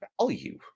value